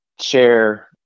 share